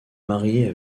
mariée